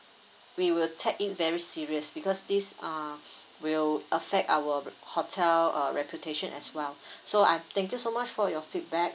we will take it very serious because these are will affect our hotel uh reputation as well so I thank you so much for your feedback